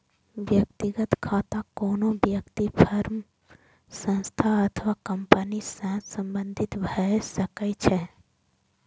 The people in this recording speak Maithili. व्यक्तिगत खाता कोनो व्यक्ति, फर्म, संस्था अथवा कंपनी सं संबंधित भए सकै छै